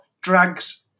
drags